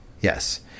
Yes